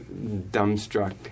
dumbstruck